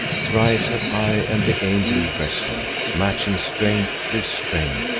thrice have i and the angel wrestled, matching strength with strength,